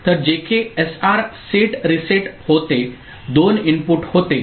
तर JK SR set reset होते दोन इनपुट होते